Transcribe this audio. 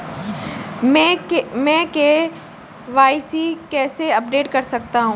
मैं के.वाई.सी कैसे अपडेट कर सकता हूं?